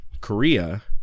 Korea